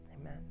amen